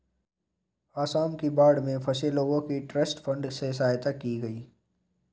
आसाम की बाढ़ में फंसे लोगों की ट्रस्ट फंड से सहायता की गई